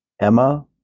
Emma